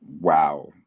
Wow